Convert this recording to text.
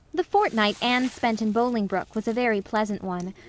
the fortnight anne spent in bolingbroke was a very pleasant one,